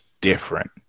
different